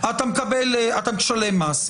אתה משלם מס.